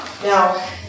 Now